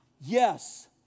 Yes